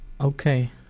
Okay